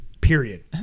period